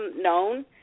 known